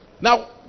now